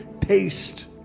taste